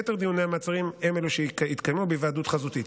יתר דיוני המעצרים הם אלו שיתקיימו בהיוועדות חזותית.